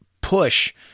push